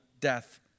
death